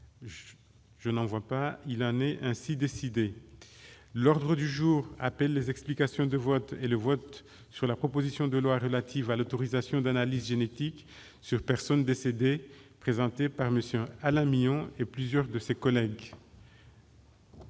observations ?... Il en est ainsi décidé. L'ordre du jour appelle les explications de vote et le vote sur la proposition de loi relative à l'autorisation d'analyses génétiques sur personnes décédées, présentée par M. Alain Milon et plusieurs de ses collègues